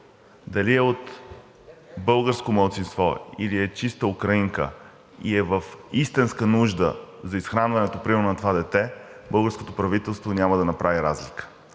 дали е от българско малцинство, или е чиста украинка и е в истинска нужда за изхранването примерно на това дете, българското правителство няма да направи разлика,